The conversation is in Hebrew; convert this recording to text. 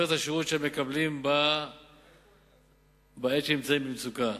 את השירות שהם מקבלים בעת שהם במצוקה.